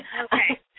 Okay